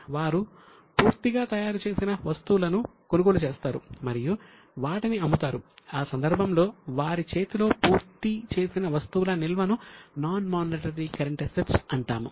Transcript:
వారు పూర్తిగా తయారుచేసిన వస్తువులను కొనుగోలు చేస్తారు మరియు వాటిని అమ్ముతారు ఆ సందర్భంలో వారి చేతిలో పూర్తి చేసిన వస్తువుల నిల్వను నాన్ మానిటరీ కరెంట్ అసెట్స్ అంటాము